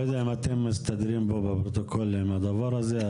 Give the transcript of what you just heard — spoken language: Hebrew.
יודע אם אתם מסתדרים פה בפרוטוקול עם הדבר הזה,